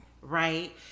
Right